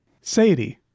Sadie